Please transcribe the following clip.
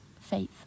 faith